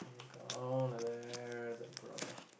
you count like that then put down there